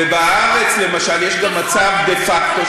ובארץ למשל יש גם מצב דה-פקטו,